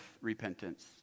repentance